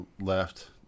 left